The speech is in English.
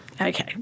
okay